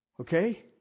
Okay